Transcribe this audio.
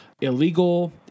illegal